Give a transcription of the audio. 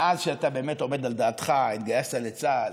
מאז שאתה באמת עומד על דעתך, התגייסת לצה"ל,